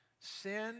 sin